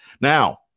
Now